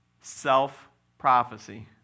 self-prophecy